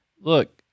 look